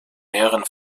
mehreren